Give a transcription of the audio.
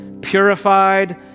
purified